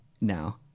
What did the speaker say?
now